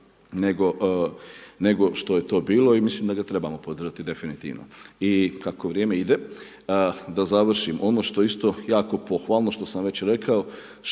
nego što je to bilo i mislim da ga trebamo podržati definitivno. I kako vrijeme ide, da završim, ono što je isto jako pohvalno, što sam već rekao,